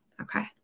Okay